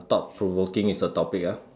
thought provoking is the topic ah